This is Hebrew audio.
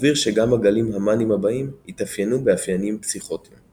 סביר שגם הגלים המאניים הבאים יתאפיינו במאפיינים פסיכוטיים.